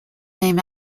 named